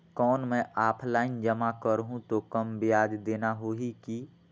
कौन मैं ऑफलाइन जमा करहूं तो कम ब्याज देना होही की?